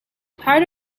part